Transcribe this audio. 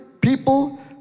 people